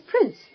Prince